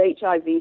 HIV